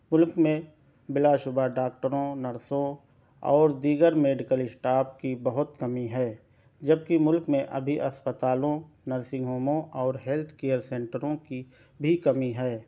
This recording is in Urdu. ملک میں بلاشبہ ڈاکٹروں نرسوں اور دیگر میڈیکل اسٹاپ کی بہت کمی ہے جب کہ ملک میں ابھی اسپتالوں نرسنگ ہوموں اور ہیلتھ کیئر کیئر سینٹروں کی بھی کمی ہے